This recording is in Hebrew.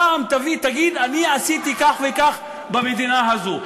פעם תגיד: אני עשיתי כך וכך במדינה הזו.